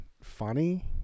funny